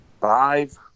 five